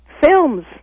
Films